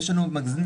כמו ששמעתם,